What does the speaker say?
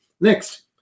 Next